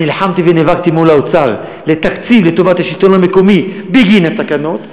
ונלחמתי ונאבקתי מול האוצר לתקציב לטובת השלטון המקומי בגין התקנות.